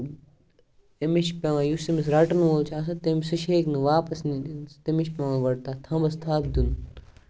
تٔمِس چھِ کانہہ یُس أمِس رَٹَن وول چھُ آسان سُہ ہیٚکہِ نہٕ واپَس تٔمِس چھُس پیوان گۄڈٕ تھمبَس تھپھ دِنۍ